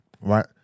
right